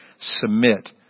Submit